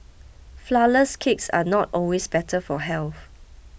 Flourless Cakes are not always better for health